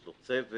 יש לו צוות